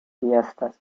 fiestas